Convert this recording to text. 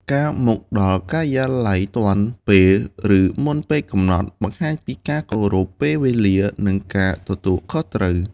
ការមកដល់ការិយាល័យទាន់ពេល ឬមុនពេលកំណត់ បង្ហាញពីការគោរពពេលវេលា និងការទទួលខុសត្រូវ។